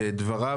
דבריו,